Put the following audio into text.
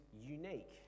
unique